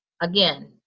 Again